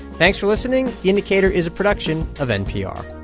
thanks for listening. the indicator is a production of npr